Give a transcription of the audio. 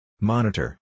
Monitor